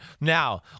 Now